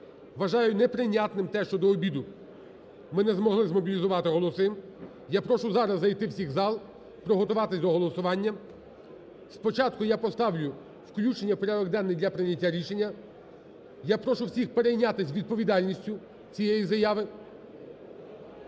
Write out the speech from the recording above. Вважаю неприйнятним те, що до обіду ми не змогли змобілізувати голоси. Я прошу зараз зайти всіх в зал, приготуватись до голосування. Спочатку я поставлю включення в порядок денний для прийняття рішення. Я прошу всіх перейнятись відповідальністю цієї заяви.